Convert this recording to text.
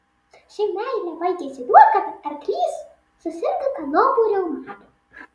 ši meilė baigėsi tuo kad arklys susirgo kanopų reumatu